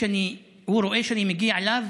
הוא רואה שאני מגיע אליו